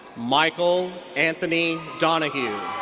mychael anthony donahue.